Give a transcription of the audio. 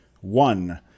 one